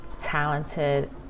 talented